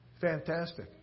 Fantastic